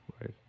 Right